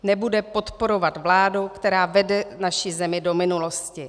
Nebude podporovat vládu, která vede naši zemi do minulosti.